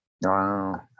Wow